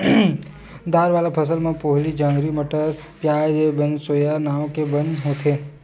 दार वाला फसल म पोहली, जंगली मटर, प्याजी, बनसोया नांव के बन होथे